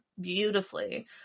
beautifully